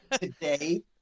today